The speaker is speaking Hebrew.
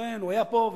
כן, הוא היה פה,